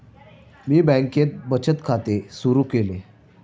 मी बँकेत बचत खाते सुरु केले